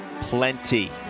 plenty